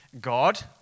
God